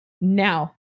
now